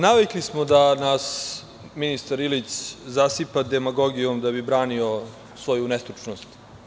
Navikli smo da nas ministar Ili zasipa demagogijom, da bi branio svoju nestručnost.